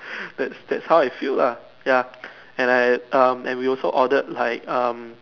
that that's how I feel lah ya and I um and we also ordered like um